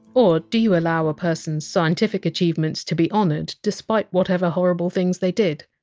or do you allow a person's scientific achievements to be honored despite whatever horrible things they did?